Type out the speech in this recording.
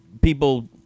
people